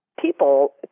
people